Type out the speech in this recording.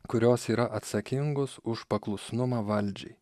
kurios yra atsakingos už paklusnumą valdžiai